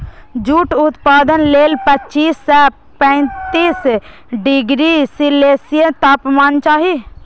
jute उत्पादन लेल पच्चीस सं पैंतीस डिग्री सेल्सियस तापमान चाही